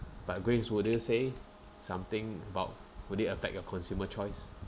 but grace would you say something about would it affect your consumer choice